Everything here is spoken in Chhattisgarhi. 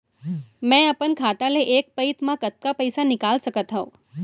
मैं अपन खाता ले एक पइत मा कतका पइसा निकाल सकत हव?